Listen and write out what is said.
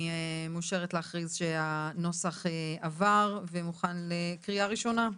אני מאושרת להכריז שהנוסח עבר ומוכן לקריאה ראשונה.